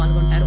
పాల్గొంటారు